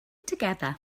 together